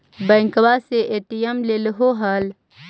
बैंकवा से ए.टी.एम लेलहो है?